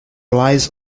lies